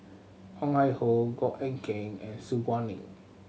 Ong Ah Hoi Goh Eck Kheng and Su Guaning